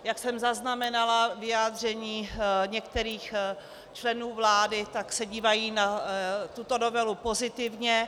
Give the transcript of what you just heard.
Jak jsem zaznamenala vyjádření některých členů vlády, dívají se na tuto novelu pozitivně.